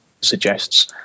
suggests